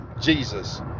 Jesus